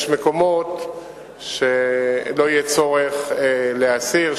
יש מקומות שלא יהיה צורך להסיר,